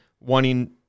wanting